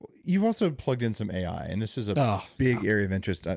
you've also plugged in some ai. and this is but big area of interest.